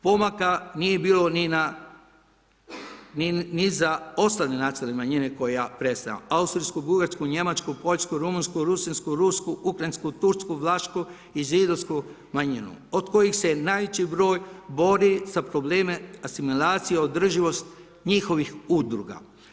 Pomaka nije bilo ni za ostale nacionalne manjine koje ja predstavljam austrijsku, bugarsku, njemačku, poljsku, rumunjsku, rusinsku, rusku, ukrajinsku, tursku, vlašku i židovsku manjinu od kojih se najveći broj bori sa problemom asimilacije održivosti njihovih udruga.